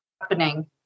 happening